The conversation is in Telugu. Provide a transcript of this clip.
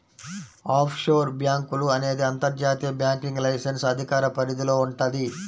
ఆఫ్షోర్ బ్యేంకులు అనేది అంతర్జాతీయ బ్యాంకింగ్ లైసెన్స్ అధికార పరిధిలో వుంటది